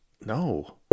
No